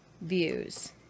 views